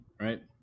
right